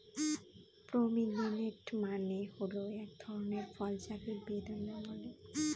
pomegranate মানে হল এক ধরনের ফল যাকে বেদানা বলে